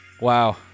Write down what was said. Wow